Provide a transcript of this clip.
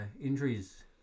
injuries